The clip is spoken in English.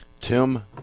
Tim